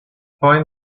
find